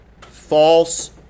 false